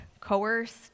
coerced